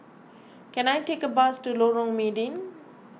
can I take a bus to Lorong Mydin